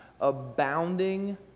abounding